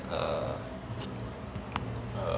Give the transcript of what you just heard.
err